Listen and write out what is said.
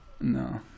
No